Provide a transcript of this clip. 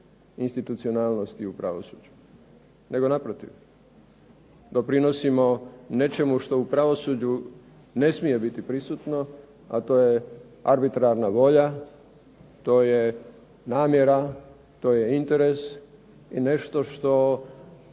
institucionalnosti u pravosuđu nego naprotiv, doprinosimo nečemu što u pravosuđu ne smije biti prisutno, a to je arbitražna volja, to je namjera, to je interes i nešto što